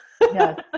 Yes